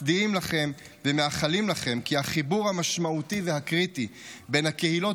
מצדיעים לכם ומאחלים לכם כי החיבור המשמעותי והקריטי בין הקהילות